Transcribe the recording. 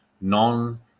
non